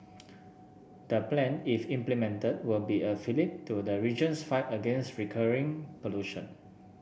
the plan if implemented will be a fillip to the region's fight against recurring pollution